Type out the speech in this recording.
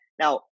Now